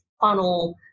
funnel